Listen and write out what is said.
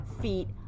feet